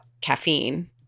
caffeine